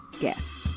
guest